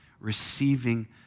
receiving